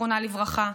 זיכרונה לברכה,